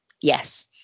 yes